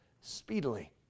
speedily